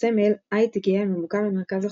בסמל עיט גאה הממוקם במרכז החותם,